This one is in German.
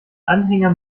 anhänger